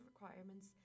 requirements